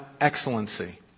excellency